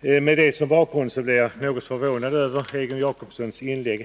Med detta som bakgrund blev jag något förvånad över Egon Jacobssons inlägg.